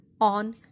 on